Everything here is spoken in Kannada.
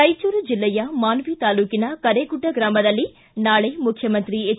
ರಾಯಚೂರು ಜಿಲ್ಲೆಯ ಮಾನವಿ ತಾಲೂಕಿನ ಕರೇಗುಡ್ಡ ಗ್ರಾಮದಲ್ಲಿ ನಾಳಿ ಮುಖ್ಯಮಂತ್ರಿ ಹೆಚ್